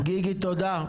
טוב גיגי תודה.